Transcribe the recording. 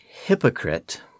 Hypocrite